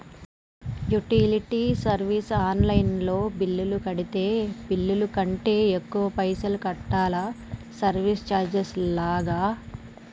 Utility service online లో bill కడితే bill కంటే ఎక్కువ పైసల్ కట్టాలా సర్వీస్ చార్జెస్ లాగా?